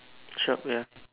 shop ya